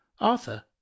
arthur